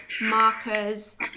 markers